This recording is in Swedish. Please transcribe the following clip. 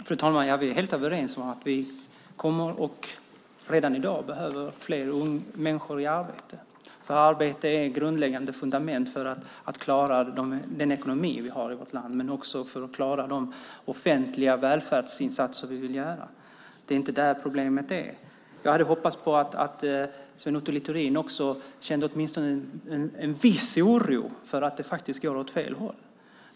Fru talman! Vi är helt överens om att vi kommer att behöva och redan i dag behöver fler människor i arbete. Arbete är ett fundament för att klara den ekonomi vi har i vårt land men också för att klara de offentliga välfärdsinsatser som vi vill göra. Det är inte där problemet är. Jag hade hoppats att Sven Otto Littorin åtminstone kände en viss oro för att det går åt fel håll.